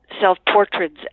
self-portraits